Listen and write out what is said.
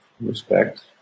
respect